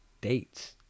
dates